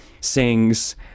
sings